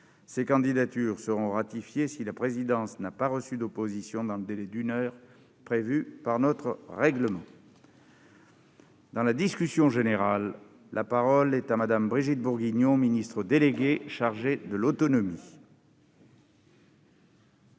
Ces candidatures seront ratifiées si la présidence n'a pas reçu d'opposition dans le délai d'une heure prévu par notre règlement. Dans la discussion générale, la parole est à Mme la ministre déléguée. Monsieur